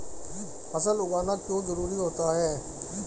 फसल उगाना क्यों जरूरी होता है?